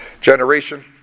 generation